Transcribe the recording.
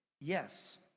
Yes